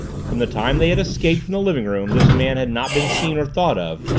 from the time they had escaped from the living-room this man had not been seen or thought of,